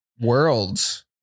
Worlds